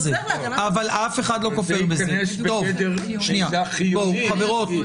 זה יכנס בגדר מידע חיוני.